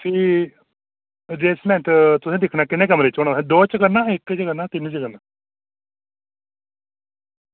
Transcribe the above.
भी अडजस्टमेंट तुसें दिक्खना किन्नें कमरें ई दौं च करना तिन च करना जां इक्क च करना